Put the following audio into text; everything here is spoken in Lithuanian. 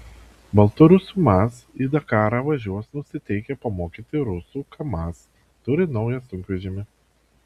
baltarusių maz į dakarą važiuos nusiteikę pamokyti rusų kamaz turi naują sunkvežimį